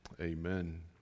Amen